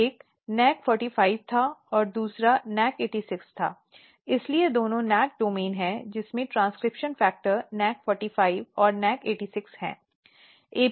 तो एक NAC45 था और दूसरा NAC86 था इसलिए दोनों NAC डोमेन हैं जिसमें ट्रांसक्रिप्शन फैक्टर NAC45 और NAC86 हैं